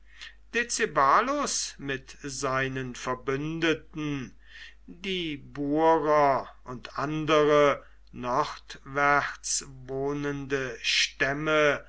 mit seinen verbündeten die barer und andere nordwärts wohnende stämme